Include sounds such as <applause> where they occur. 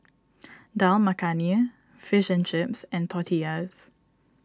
<noise> Dal Makhani Fish and Chips and Tortillas